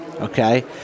okay